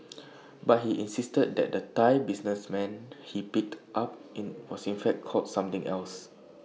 but he insisted that the Thai businessman he picked up in was in fact called something else